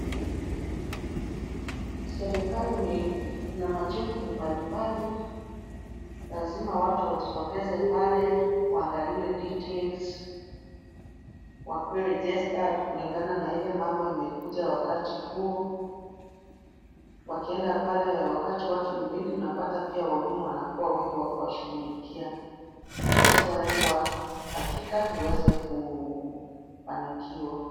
Serikali ina majukumu mbalimbali. Lazima watu wajitokeze pale, waangaliwe details , wakwe registered , kulingana na ile mambo imekuja wakati huo. Wakienda pale, wakati watu ni wengi, unapata pia wahudumu wanakuwa wengi wa kuwashughulikia. Ndiposa lengo hakika, liweze kufanikiwa.